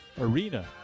arena